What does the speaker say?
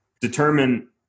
determine